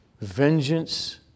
Vengeance